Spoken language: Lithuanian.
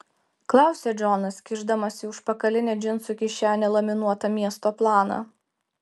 klausia džonas kišdamas į užpakalinę džinsų kišenę laminuotą miesto planą